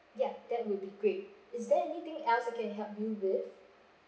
yeah that would be great is there anything else I can help you with